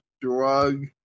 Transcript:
drug